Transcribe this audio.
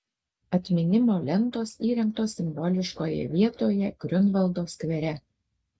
atminimo lentos įrengtos simboliškoje vietoje griunvaldo skvere